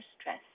stress